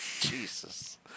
Jesus